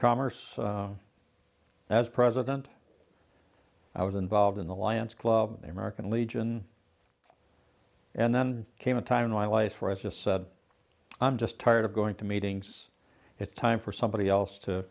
commerce as president i was involved in the lions club the american legion and then came a time in life where i just said i'm just tired of going to meetings it's time for somebody else to